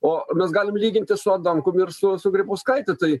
o mes galim lyginti su adamkum ir su su grybauskaite tai